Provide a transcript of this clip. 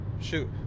Shoot